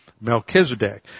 Melchizedek